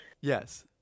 Yes